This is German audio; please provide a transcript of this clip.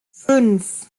fünf